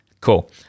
Cool